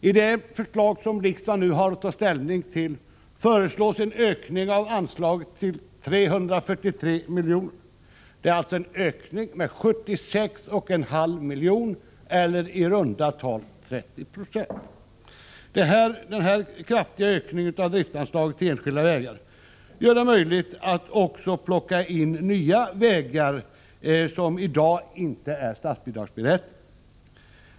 I den proposition som riksdagen nu har att ta ställning till föreslås en ökning av detta anslag till 343 milj.kr., en ökning med 76,5 milj.kr. eller i runda tal 30 20. Denna kraftiga ökning av driftanslaget till enskilda vägar gör det möjligt att också plocka in nya vägar som i dag inte är statsbidragsberättigade.